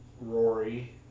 Rory